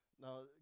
now